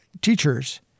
teachers